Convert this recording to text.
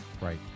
right